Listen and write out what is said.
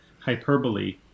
hyperbole